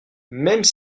même